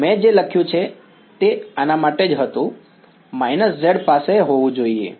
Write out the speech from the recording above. હા મેં જે લખ્યું તે આ માટે જ હતું −z પાસે હોવું જોઈએ